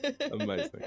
Amazing